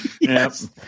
Yes